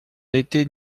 étais